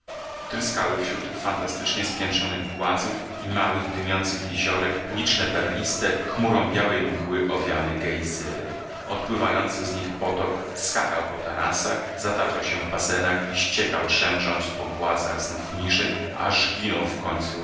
tryskały wśród fantastycznie spiętrzonych głazów i małych dymiących jeziorek liczne perliste chmurą białej mgły owiane gejzyry odpływający z nich potok skakał po tarasach zataczał się w basenach i ściekał szemrząc po głazach znów niżej aż ginął w końcu